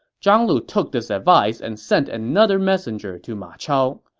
zhang lu took this advice and sent another messenger to ma chao.